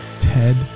Ted